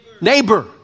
neighbor